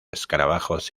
escarabajos